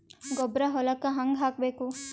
ಗೊಬ್ಬರ ಹೊಲಕ್ಕ ಹಂಗ್ ಹಾಕಬೇಕು?